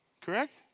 Correct